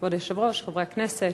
כבוד היושב-ראש, חברי הכנסת,